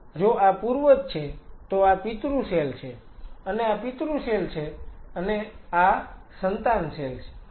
તેથી જો આ પૂર્વજ છે તો આ પિતૃ સેલ છે અને આ પિતૃ સેલ છે અને આ સંતાન સેલ છે